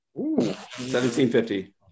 1750